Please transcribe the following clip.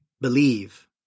believe